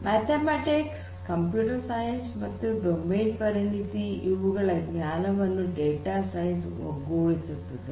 mathematics computer science ಮತ್ತು domain ಪರಿಣತಿ ಇವುಗಳ ಜ್ಞಾನವನ್ನು ಡೇಟಾ ಸೈನ್ಸ್ ಒಗ್ಗೂಡಿಸುತ್ತದೆ